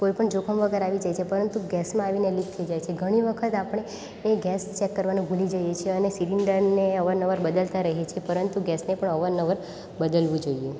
કોઈ પણ જોખમ વગર આવી જાય છે પરંતુ ગેસમાં આવીને લીક થાય જાય છે ઘણી વખત આપણે એ ગેસ ચેક કરવાનું ભૂલી જઈએ છે અને સિલિન્ડરને અવારનવર બદલતા રહીએ છીએ પરંતુ ગેસને પણ અવારનવર બદલવું જોઈએ